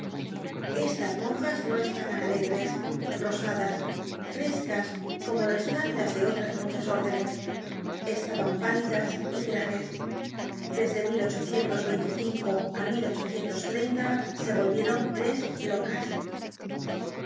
estas monjas no estaban alegres rosadas frescas como lo están las de otras muchas órdenes estaban pálidas y graves desde á se volvieron tres locas